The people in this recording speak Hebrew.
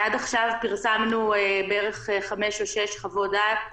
עד עכשיו פרסמנו בערך חמש או שש חוות דעת,